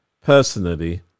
personally